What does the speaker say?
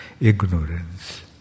ignorance